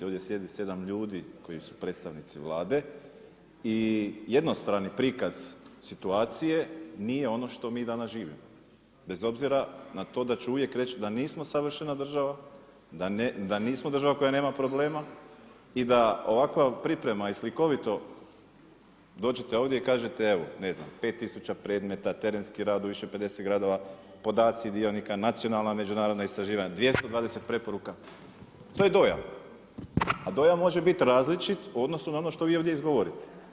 Ovdje sjedi sedam ljudi koji su predstavnici Vlade i jednostrani prikaz situacije nije ono što mi danas živimo bez obzira na to da ću uvijek reći da nismo savršena država, da nismo država koja nema problema i da ovakva priprema i slikovito dođete ovdje i kažete evo 5 tisuća predmeta, terenski rad u više od 50 gradova, podaci dionika, nacionalna međunarodna istraživanja, 220 preporuka, to je dojam a dojam može biti različit u odnosu na ovo što vi ovdje izgovorite.